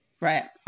Right